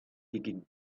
digging